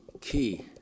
key